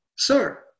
Sir